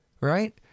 right